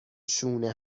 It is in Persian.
شونه